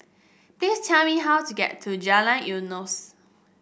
please tell me how to get to Jalan Eunos